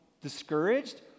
discouraged